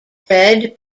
bred